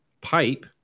pipe